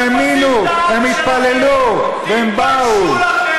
הם האמינו, הם התפללו והם באו, תתביישו לכם.